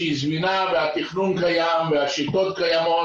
שהיא זמינה והתכנון קיים והשיטות קיימות,